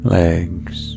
legs